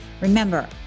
Remember